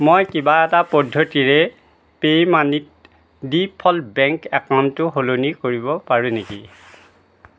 মই কিবা এটা পদ্ধতিৰে পে' ইউ মানিত ডিফ'ল্ট বেংক একাউণ্টটো সলনি কৰিব পাৰোঁ নেকি